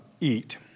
eat